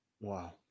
Wow